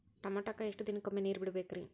ಟಮೋಟಾಕ ಎಷ್ಟು ದಿನಕ್ಕೊಮ್ಮೆ ನೇರ ಬಿಡಬೇಕ್ರೇ?